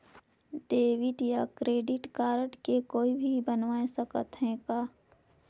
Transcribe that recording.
Debit या credit card के कोई भी बनवाय सकत है का?